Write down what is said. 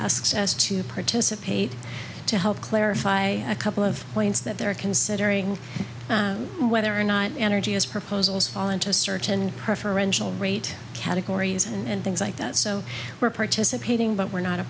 asks us to participate to help clarify a couple of points that they're considering whether or not energy has proposals fall into certain preferential rate categories and things like that so we're participating but we're not a